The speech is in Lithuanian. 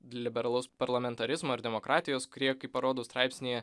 liberalaus parlamentarizmo ir demokratijos kurie kaip parodau straipsnyje